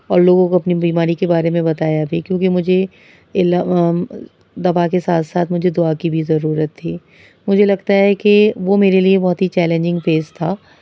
اور لوگوں کو اپنی بیماری کے بارے میں بتایا بھی کیونکہ مجھے دوا کے ساتھ ساتھ مجھے دعا کی بھی ضرورت تھی مجھے لگتا ہے کہ وہ میرے لیے بہت ہی چیلینجنگ فیز تھا